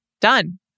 Done